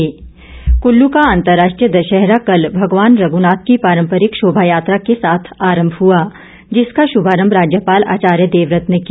विजय दशमी कुल्लू का अंतर्राष्ट्रीय दशहरा कल भगवान रघुनाथ की पारंपरिक शोभा यात्रा के साथ आरंभ हुआ जिसका शुभारंभ राज्यपाल आचार्य देवव्रत ने किया